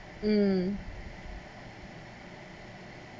mm